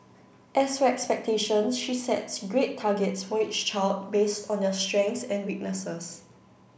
as for expectations she sets grade targets for each child based on their strengths and weaknesses